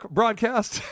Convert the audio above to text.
broadcast